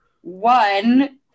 one